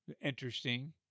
interesting